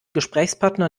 gesprächspartner